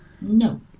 No